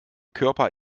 körper